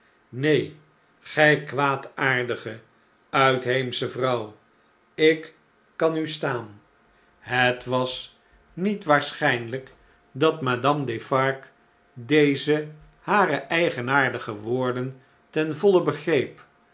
neen gij kwaadaardige uitheemsche vrouw ik kan u staan het was niet waarscluj'nlijk dat madame defarge deze hare eigenaardige woorden ten voile begreep